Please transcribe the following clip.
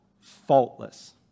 faultless